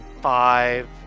Five